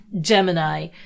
Gemini